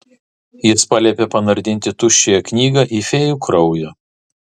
jis paliepė panardinti tuščiąją knygą į fėjų kraują